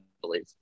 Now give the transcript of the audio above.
believe